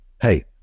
hey